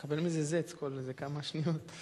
בערך כמיליון יהודים.